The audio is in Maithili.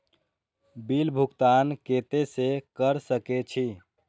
बिल भुगतान केते से कर सके छी?